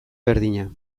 berdina